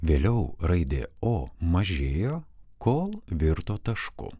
vėliau raidė o mažėjo kol virto tašku